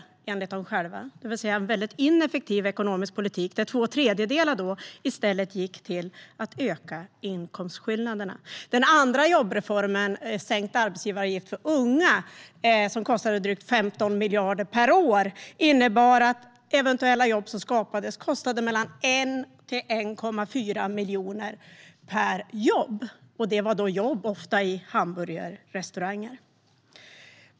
Det var alltså en väldigt ineffektiv ekonomisk politik; två tredjedelar gick i stället till att öka inkomstskillnaderna. Den andra jobbreformen, sänkt arbetsgivaravgift för unga, kostade drygt 15 miljarder per år, vilket innebar mellan 1 och 1,4 miljoner per skapat jobb. Ofta var det jobb i hamburgerrestauranger.